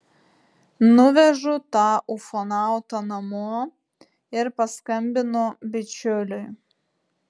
nuvežu tą ufonautą namo ir paskambinu bičiuliui